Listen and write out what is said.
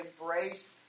embrace